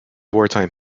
wartime